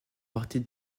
partie